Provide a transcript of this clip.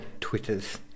Twitters